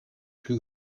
plus